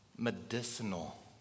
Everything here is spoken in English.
Medicinal